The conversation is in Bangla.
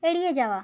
এড়িয়ে যাওয়া